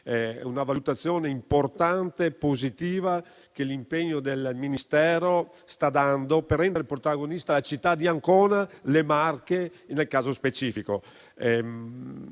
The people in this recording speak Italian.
una valutazione importante e positiva che l'impegno del Ministero sta dando per rendere protagonista la città di Ancona e le Marche nel caso specifico.